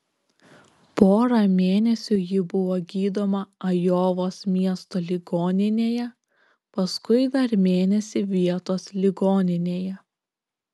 porą mėnesių ji buvo gydoma ajovos miesto ligoninėje paskui dar mėnesį vietos ligoninėje